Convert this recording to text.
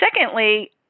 Secondly